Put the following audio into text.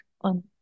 on